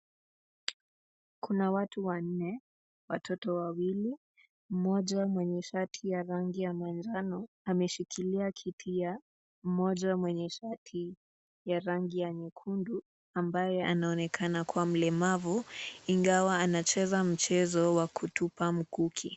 Kuna watu wanne, watoto wawili, mmoja mwenye shati ya rangi ya manjano ameshikilia kiti ya mmoja mwenye shati ya rangi ya nyekundu ambaye anaonekana kwa mlemavu ingawa anacheza mchezo wa kutupa mkuki.